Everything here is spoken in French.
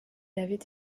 avait